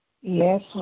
Yes